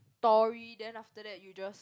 story then after that you just